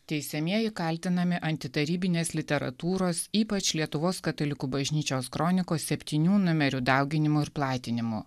teisiamieji kaltinami antitarybinės literatūros ypač lietuvos katalikų bažnyčios kronikos septynių numerių dauginimu ir platinimu